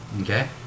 Okay